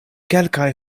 kelkaj